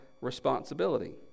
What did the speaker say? responsibility